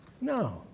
No